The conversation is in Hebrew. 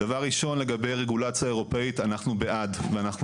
דבר ראשון לגבי רגולציה אירופאית אנחנו בעד ואנחנו